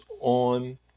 on